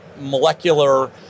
molecular